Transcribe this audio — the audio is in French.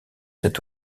cet